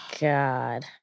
God